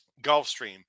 Gulfstream